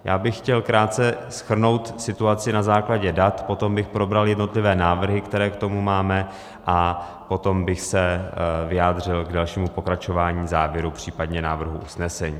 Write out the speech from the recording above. Já bych chtěl krátce shrnout situaci na základě dat, potom bych probral jednotlivé návrhy, které k tomu máme, a potom bych se vyjádřil k dalšímu pokračování, závěru, případně návrhu usnesení.